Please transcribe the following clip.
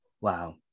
Wow